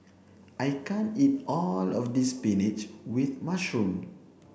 I can't eat all of this spinach with mushroom